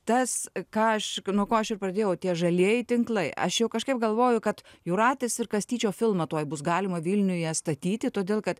tas ką aš nuo ko aš ir pradėjau tie žalieji tinklai aš jau kažkaip galvoju kad jūratės ir kastyčio filmą tuoj bus galima vilniuje statyti todėl kad